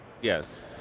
Yes